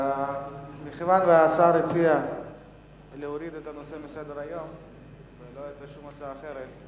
מכיוון שהשר הציע להוריד את הנושא מסדר-היום ולא היתה שום הצעה אחרת,